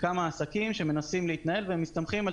כמה עסקים שמנסים להתנהל והם מסתמכים על